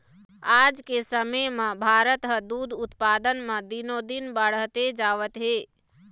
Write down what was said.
आज के समे म भारत ह दूद उत्पादन म दिनो दिन बाड़हते जावत हे